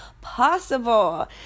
possible